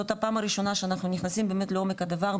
זאת הפעם הראשונה שאנחנו נכנסים לעומק הדבר,